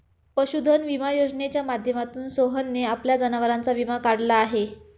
पशुधन विमा योजनेच्या माध्यमातून सोहनने आपल्या जनावरांचा विमा काढलेला आहे